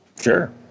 Sure